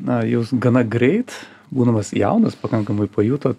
na jūs gana greit būdamas jaunas pakankamai pajutot